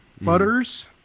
Butters